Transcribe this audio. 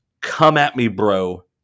come-at-me-bro